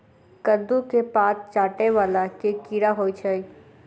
कद्दू केँ पात चाटय वला केँ कीड़ा होइ छै?